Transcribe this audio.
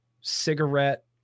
cigarette